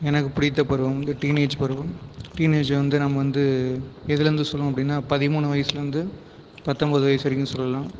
எனக்கு பிடித்த பருவம் வந்து டீனேஜ் பருவம் டீனேஜ் வந்து நாம் வந்து எதில் இருந்து சொல்லுவோம் அப்படின்னா பதிமூணு வயதில் இருந்து பத்தொன்பது வயசு வரைக்கும் சொல்லலாம்